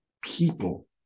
people